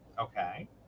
Okay